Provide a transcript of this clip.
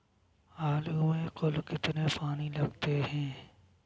आलू में कुल कितने पानी लगते हैं?